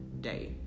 day